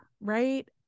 right